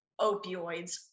opioids